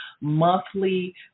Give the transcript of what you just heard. monthly